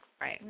Right